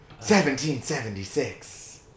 1776